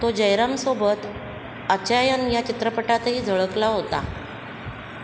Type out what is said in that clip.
तो जयरामसोबत अचायन या चित्रपटातही झळकला होता